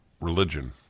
religion